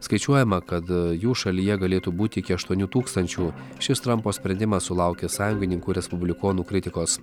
skaičiuojama kad jų šalyje galėtų būti iki aštuonių tūkstančių šis trampo sprendimas sulaukė sąjungininkų respublikonų kritikos